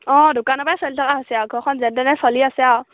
অঁ দোকানৰপৰাই চালি থটকা হৈছে আৰু ঘৰখন যেনে তেনে চলি আছে আৰু